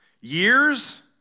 Years